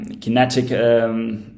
kinetic